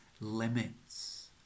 limits